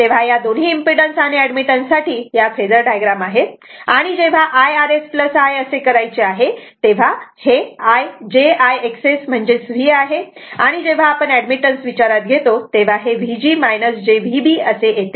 तेव्हा या दोन्ही इम्पेडन्स आणि ऍडमिटन्स साठी या फेजर डायग्राम आहेत आणि जेव्हा Irs I असे करायचे आहे तेव्हा हे jIXS म्हणजेच V आहे आणि जेव्हा आपण एडमिटन्स विचारात घेतो तेव्हा हे V g jVb असे येते